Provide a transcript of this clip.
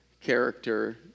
character